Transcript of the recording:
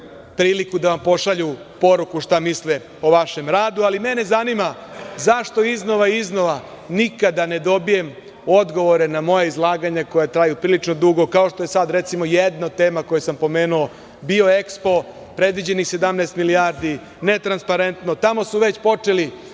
priliku da vam pošalju poruku šta misle o vašem radu. Mene zanima zašto iznova i iznova nikada ne dobijem odgovore na moja izlaganja koja traju prilično dugo, kao što je sada jedna od tema koju sam pomenuo „Bio Ekspo“, predviđenih 17 milijardi, ne transparentno. Tamo su već počeli